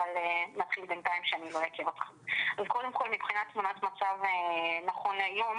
טובים, קודם כל מבחינת תמונת מצב נכון להיום,